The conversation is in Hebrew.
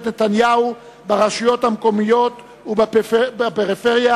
נתניהו ברשויות המקומיות ובפריפריה,